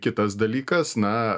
kitas dalykas na